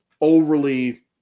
overly